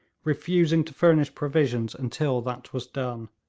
refusing to furnish provisions until that was done.